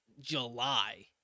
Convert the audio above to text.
july